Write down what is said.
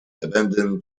abandoned